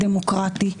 דמוקרטי.